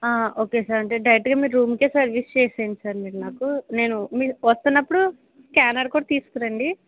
okay సారి అంటే డైరెక్ట్గా రూమ్కే సర్వీస్ చేసేయండి సార్ మీరు నాకు నేను మీరు వస్తన్నప్పుడు స్కానర్ కూడా తీస్కురండి